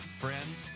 Friends